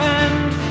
end